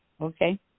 Okay